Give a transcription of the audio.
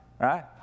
right